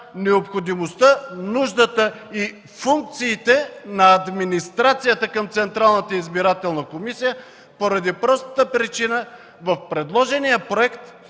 необходимостта, нуждата и функциите на администрацията към Централната избирателна комисия поради простата причина, че в предложения проект